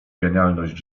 genialność